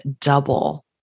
double